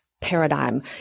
paradigm